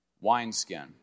wineskin